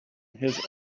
his